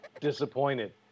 disappointed